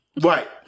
right